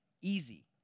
easy